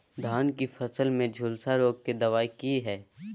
धान की फसल में झुलसा रोग की दबाय की हय?